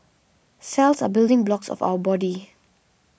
cells are building blocks of our body